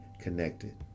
connected